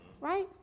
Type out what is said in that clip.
right